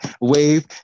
wave